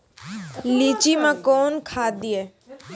लीची मैं कौन खाद दिए?